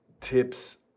tips